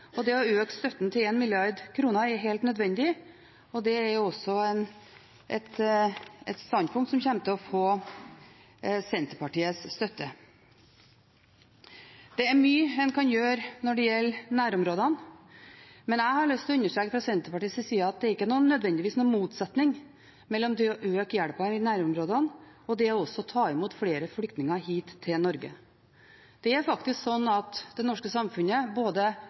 og det å øke støtten til 1 mrd. kr er helt nødvendig. Det er også et standpunkt som kommer til å få Senterpartiets støtte. Det er mye en kan gjøre når det gjelder nærområdene, men jeg har lyst til å understreke fra Senterpartiets side at det er ikke nødvendigvis noen motsetning mellom det å øke hjelpen i nærområdene og det å ta imot flere flyktninger hit til Norge. Det er faktisk slik at det norske samfunnet både